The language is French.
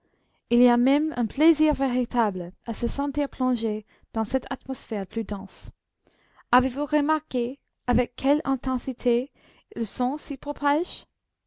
il y a même un plaisir véritable à se sentir plongé dans cette atmosphère plus dense avez-vous remarqué avec quelle intensité le son s'y propage